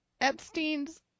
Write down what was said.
Epstein's